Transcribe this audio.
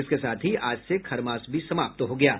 इसके साथ ही आज से खरमास भी समाप्त हो गया है